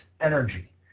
energy